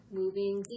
moving